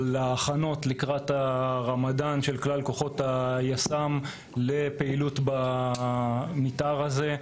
אציין על ההכנות לקראת הרמדאן של כלל כוחות היס"מ לפעילות במתאר הזה.